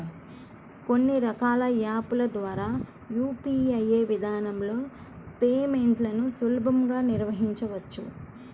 కొన్ని రకాల యాప్ ల ద్వారా యూ.పీ.ఐ విధానంలో పేమెంట్లను సులభంగా నిర్వహించవచ్చు